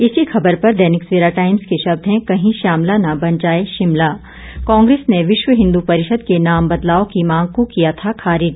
इसी खेबर पर दैनिक सवेरा टाइम्स के शब्द हैं कहीं श्यामला न बन जाए शिमला कांग्रेस ने विश्व हिंदू परिषद के नाम बदलाव की मांग को किया था खारिज